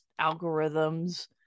algorithms